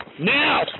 Now